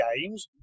games